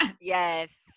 Yes